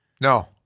No